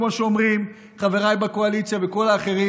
כמו שאומרים חבריי בקואליציה וכל האחרים.